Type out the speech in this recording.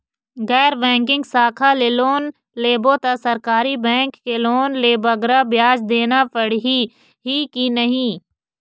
गैर बैंकिंग शाखा ले लोन लेबो ता सरकारी बैंक के लोन ले बगरा ब्याज देना पड़ही ही कि नहीं?